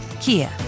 Kia